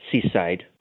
seaside